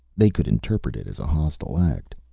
they could interpret it as a hostile act.